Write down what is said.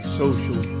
social